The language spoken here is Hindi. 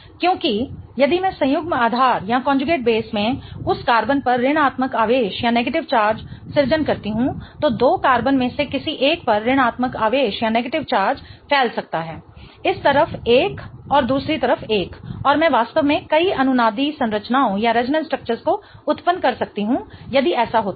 क्योंकि यदि मैं संयुग्म आधार में उस कार्बन पर ऋणात्मक आवेश सृजन करती हूं तो 2 कार्बन में से किसी एक पर ऋणात्मक आवेश फैल सकता है इस तरफ एक और दूसरी तरफ एक और मैं वास्तव में कई अनुनादी संरचनाओं को उत्पन्न कर सकती हूं यदि ऐसा होता है